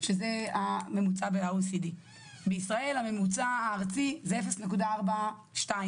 שזה הממוצע ב-OECD, בישראל הממוצע הארצי זה 0.42,